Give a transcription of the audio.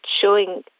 showing